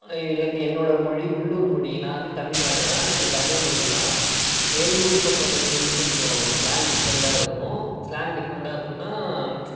எனக்கு என்னோட மொழி உள்ளுர் மொழி நான் வந்து தமிழ்நாடுதான் எனக்கு தமிழ்மொழிதான் எங்கள் ஊர் பக்கம் மொழி வந்து கொஞ்சம் சிலாங் டிஃப்ரெண்ட்டாக இருக்கும் ஸ்லாங் டிஃப்ரெண்ட்டாக இருக்குனால்